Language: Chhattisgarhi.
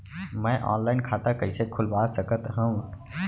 मैं ऑनलाइन खाता कइसे खुलवा सकत हव?